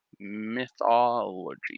Mythology